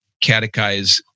catechize